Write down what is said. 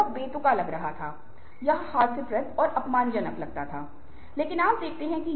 तो ये बातें वास्तव मे हमारे बातचीत व्यवहार में बहुत महत्वपूर्ण हैं